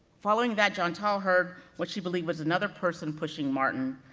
following that, jeantel heard what she believed was another person pushing martin,